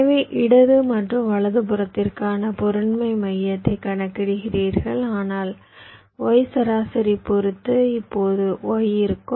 எனவே இடது மற்றும் வலதுபுறத்திற்கான பொருண்மை மையத்தை கணக்கிடுகிறீர்கள் ஆனால் y சராசரி பொறுத்து இப்போது y இருக்கும்